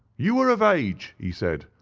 you are of age, he said,